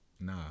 Nah